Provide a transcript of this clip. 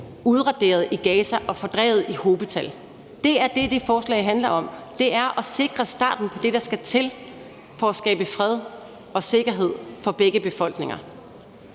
udraderet i Gaza og fordrevet i hobetal. Det er det, det beslutningsforslag handler om, altså at sikre starten på det, der skal til for at skabe fred og sikkerhed for begge befolkninger.